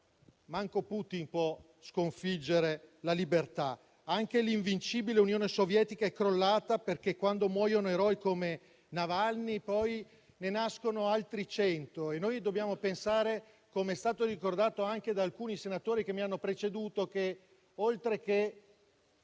neanche Putin, può sconfiggere la libertà. Anche l'invincibile Unione Sovietica è crollata, perché, quando muoiono eroi come Navalny, poi ne nascono altri cento. Com'è stato ricordato anche da alcuni senatori che mi hanno preceduto, oltre a